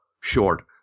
short